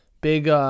big